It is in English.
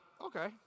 okay